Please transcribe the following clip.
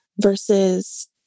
versus